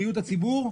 בריאות הציבור,